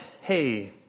hey